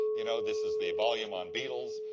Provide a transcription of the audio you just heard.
you know this is the volume on beetles.